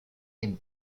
named